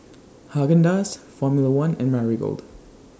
Haagen Dazs Formula one and Marigold